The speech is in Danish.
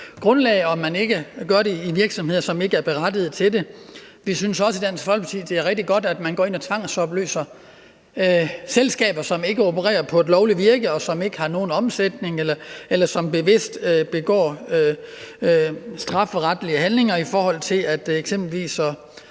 grundlag, og at man ikke gør det i forhold til virksomheder, som ikke er berettiget til det. Vi synes også i Dansk Folkeparti, det er rigtig godt, at man går ind og tvangsopløser selskaber, som ikke opererer på et lovligt grundlag, og som ikke har nogen omsætning, eller som bevidst begår strafbare handlinger som f.eks. at spekulere